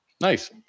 Nice